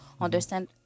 understand